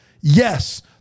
yes